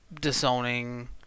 disowning